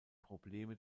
probleme